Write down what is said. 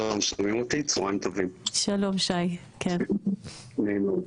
שלום, צוהריים טובים, נעים מאוד.